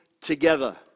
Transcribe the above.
together